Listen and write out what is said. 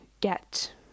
get